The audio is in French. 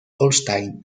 holstein